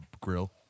grill